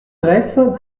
greff